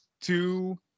two